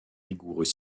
rigoureux